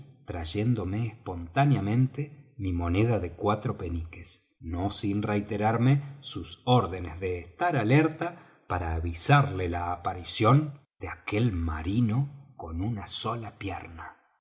trayéndome espontáneamente mi moneda de cuatro peniques no sin reiterarme sus órdenes de estar alerta para avisarle la aparición de aquel marino con una sola pierna